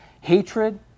Hatred